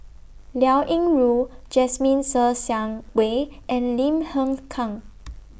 Liao Yingru Jasmine Ser Xiang Wei and Lim Hng Kiang